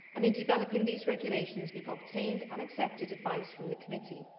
and, in developing these regulations, we've obtained and accepted advice from the committee.